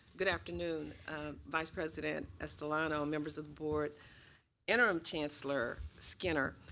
good afternoon vice president estolano and members of the board interim chancellor skinner.